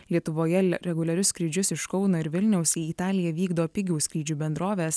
lietuvoje reguliarius skrydžius iš kauno ir vilniaus į italiją vykdo pigių skrydžių bendrovės